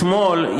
אתמול,